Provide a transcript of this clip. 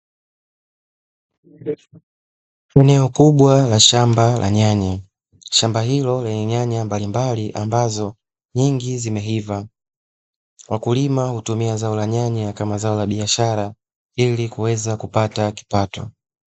Eneo kubwa la shamba la nyanya, shamba hilo lenye nyanya mbalimbali ambazo nyingi zimeiva. Wakulima hutumia zao la nyanya kama zao la biashara ili kuweza kupata kipato.